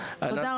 תודה רבה.